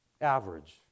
Average